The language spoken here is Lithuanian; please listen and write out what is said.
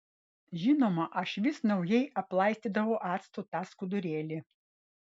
žinoma aš vis naujai aplaistydavau actu tą skudurėlį